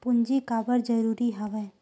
पूंजी काबर जरूरी हवय?